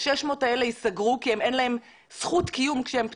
ה-600 האלה יסגרו כי אין להם זכות קיום כשהם פתוחים.